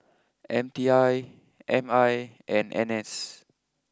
M T I M I and N S